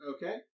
Okay